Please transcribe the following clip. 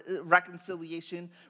reconciliation